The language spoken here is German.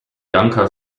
janka